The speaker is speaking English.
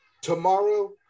tomorrow